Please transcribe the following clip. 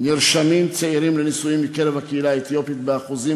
נרשמים לנישואין צעירים מקרב הקהילה האתיופית באחוזים